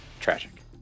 Tragic